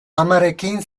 amarekin